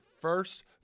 first